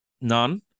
none